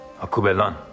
Akubelan